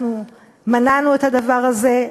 אנחנו מנענו את הדבר הזה.